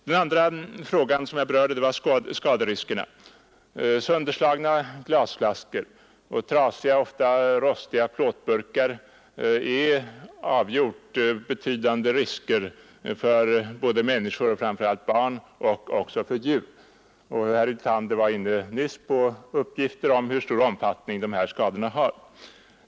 Vad sedan gäller skaderiskerna — min andra punkt — medför sönderslagna glasflaskor, trasiga och ofta rostiga plåtburkar avgjort betydande risker för såväl människor — framför allt barn — som för djur. Herr Hyltander redogjorde för hur stor omfattning dessa skador har.